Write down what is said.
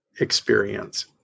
experience